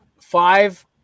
Five